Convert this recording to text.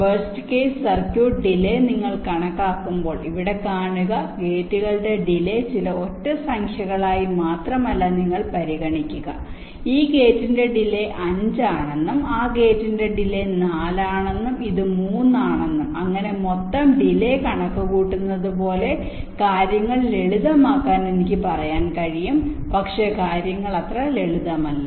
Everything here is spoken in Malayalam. വേർസ്റ് കേസ് സർക്യൂട്ട് ഡിലെ നിങ്ങൾ കണക്കാക്കുമ്പോൾ ഇവിടെ കാണുക ഗേറ്റുകളുടെ ഡിലെ ചില ഒറ്റ സംഖ്യകളായി മാത്രമല്ല നിങ്ങൾ പരിഗണിക്കുക ഈ ഗെറ്റിന്റെ ഡിലെ 5 ആണെന്നും ആ ഗെറ്റിന്റെ ഡിലെ 4 ആണെന്നും ഇത് 3 ആണെന്നും അങ്ങനെ മൊത്തം ഡിലെ കണക്കുകൂട്ടുന്നതുപോലെ കാര്യങ്ങൾ ലളിതമാക്കാൻ എനിക്ക് പറയാൻ കഴിയും പക്ഷേ കാര്യങ്ങൾ അത്ര ലളിതമല്ല